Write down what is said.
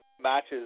matches